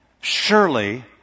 surely